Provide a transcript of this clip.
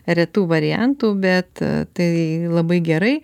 retų variantų bet tai labai gerai